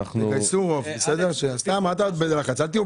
אני מעלה להצבעה את הצעת אישור מסגרת ערבות